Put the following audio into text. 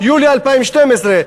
יולי 2012,